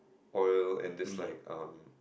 oil and just like um